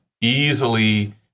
easily